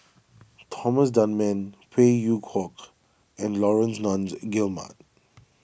Thomas Dunman Phey Yew Kok and Laurence Nunns Guillemard